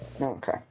Okay